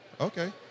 Okay